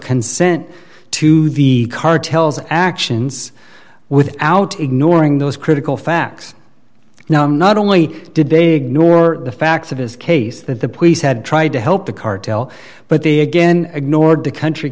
consent to the cartels actions without ignoring those critical facts now not only did they ignore the facts of his case that the police had tried to help the cartel but the again ignored the country